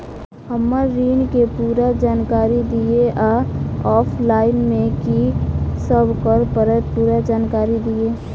हम्मर ऋण केँ पूरा जानकारी दिय आ ऑफलाइन मे की सब करऽ पड़तै पूरा जानकारी दिय?